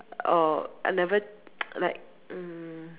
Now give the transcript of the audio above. oh I never like mm